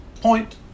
Point